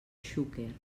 xúquer